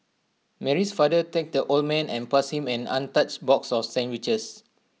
Mary's father thanked the old man and passed him an untouched box of sandwiches